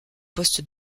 poste